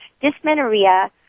dysmenorrhea